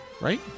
right